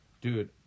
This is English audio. Dude